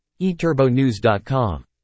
eTurboNews.com